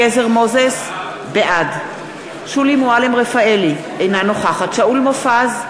בעד שולי מועלם-רפאלי, אינה נוכחת שאול מופז,